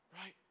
Right